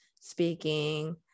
speaking